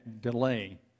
delay